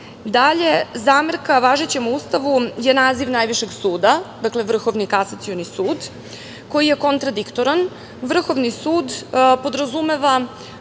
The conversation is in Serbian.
zamerka važećem Ustavu je naziv najvišeg suda - Vrhovni kasacioni sud, koji je kontradiktoran. Vrhovni sud podrazumeva